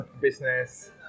business